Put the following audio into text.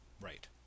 Right